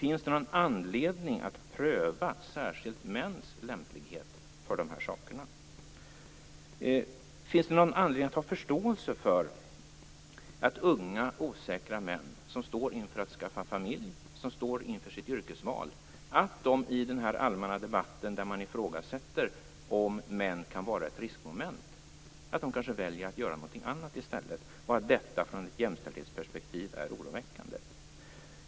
Finns det någon anledning att pröva särskilt mäns lämplighet för de här sakerna? Finns det någon anledning att ha förståelse för att unga, osäkra män, som står inför att skaffa familj och står inför sitt yrkesval, i den allmänna debatten där man ifrågasätter om män kan vara ett riskmoment, kanske väljer att göra någonting annat i stället, och att detta från ett jämställdhetsperspektiv är oroväckande?